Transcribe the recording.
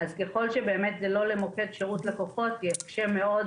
ככל שזה לא למוקד שירות לקוחות, יקשה מאוד